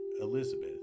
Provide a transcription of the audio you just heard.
Elizabeth